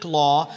law